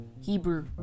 hebrew